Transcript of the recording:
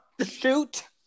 Shoot